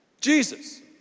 Jesus